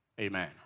Amen